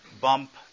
bump